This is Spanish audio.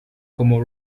como